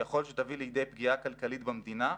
שיכול שיביא לידי פגיעה כלכלית במדינה.